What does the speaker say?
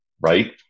right